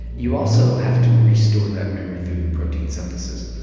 you also have to restore that memory through protein synthesis.